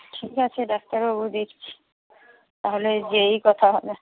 ঠিক আছে ডাক্তারবাবু দেখছি তাহলে যেয়েই কথা হবে